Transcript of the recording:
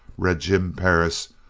red jim perris,